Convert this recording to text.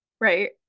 right